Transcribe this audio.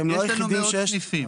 אתם לא היחידים שיש להם סניפים.